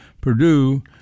Purdue